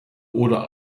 oder